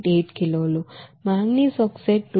8 కిలోలు manganese oxide 2